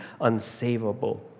unsavable